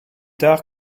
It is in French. tard